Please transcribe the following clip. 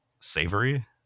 Savory